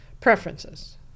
preferences